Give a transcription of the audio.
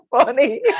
funny